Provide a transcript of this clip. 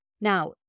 Now